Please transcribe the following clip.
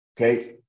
okay